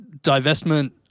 divestment